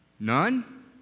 None